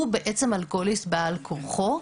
הוא בעצם אלכוהוליסט בעל כורחו,